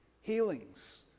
Healings